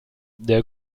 der